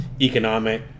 economic